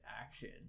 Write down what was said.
action